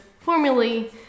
formally